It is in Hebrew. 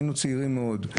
היינו צעירים מאוד.